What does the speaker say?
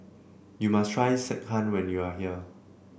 you must try Sekihan when you are here